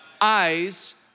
eyes